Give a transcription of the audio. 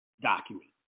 document